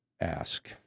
ask